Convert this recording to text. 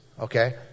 okay